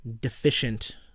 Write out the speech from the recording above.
deficient